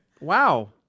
wow